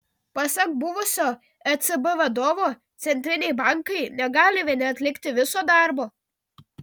pasak buvusio ecb vadovo centriniai bankai negali vieni atlikti viso darbo